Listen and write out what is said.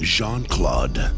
Jean-Claude